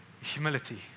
humility